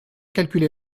calculer